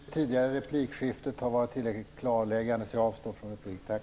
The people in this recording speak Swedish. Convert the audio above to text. Herr talman! Jag tycker det tidigare replikskiftet har varit tillräckligt klarläggande, så jag avstår från replik.